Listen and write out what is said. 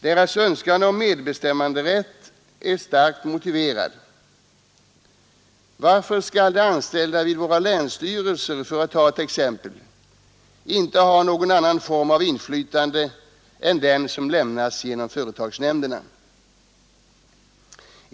Deras önskan om medbestämmanderätt är starkt motiverad. Varför s våra länsstyrelser — för att ta ett exempel — inte ha någon annan form av inflytande än den som lämnas genom företagsnämnderna.